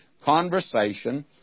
conversation